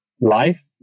life